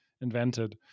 invented